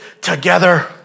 together